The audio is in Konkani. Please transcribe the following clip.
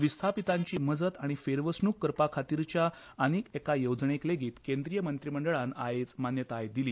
विस्थापितांची मजत आनी फेरवसणुक करपा खातीरच्या आनीक एका येवजणेक लेगीत केंद्रीय मंत्रीमंडळान आयज मान्यताय दिली